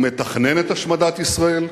הוא מתכנן את השמדת ישראל,